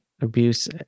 abuse